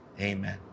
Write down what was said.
amen